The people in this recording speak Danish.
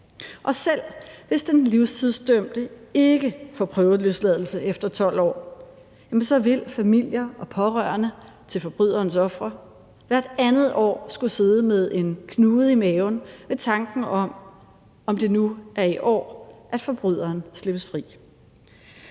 Selv hvis den livstidsdømte ikke får prøveløsladelse efter 12 år, vil familier og pårørende til forbryderens ofre hvert andet år skulle sidde med en knude i maven ved tanken om, om det nu er i år, forbryderen slippes fri.